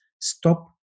stop